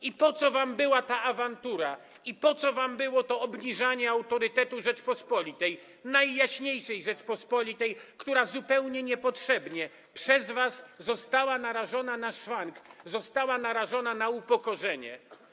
I po co wam była ta awantura i po co wam było to obniżanie autorytetu Rzeczypospolitej, Najjaśniejszej Rzeczypospolitej, która zupełnie niepotrzebnie przez was została narażona na szwank, została narażona na upokorzenie?